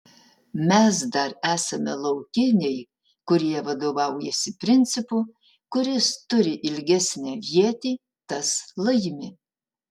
mes dar esame laukiniai kurie vadovaujasi principu kuris turi ilgesnę ietį tas laimi